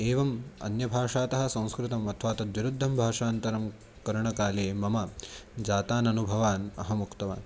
एवम् अन्यभाषातः संस्कृतम् अथवा तद्विरुद्धं भाषान्तरं करणकाले मम जातान् अनुभवान् अहम् उक्तवान्